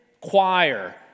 choir